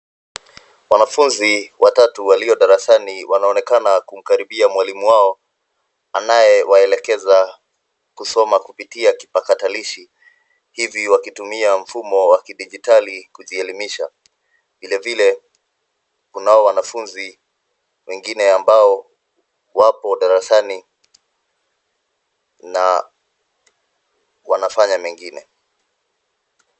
Wanafunzi watatu walio darasani wanaonekana kumkaribia mwalimu wao anayewaelekeza kusomo kupitia kipakatakilishi, hivi wakitumia mfumo wa kidijitali kujielimisha. Vile vile, kunao wanafunzi wengine ambao wapo darasani na wanafanya mengine.